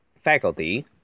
faculty